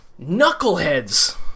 Knuckleheads